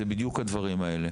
זה בדיוק הדברים האלה.